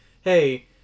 hey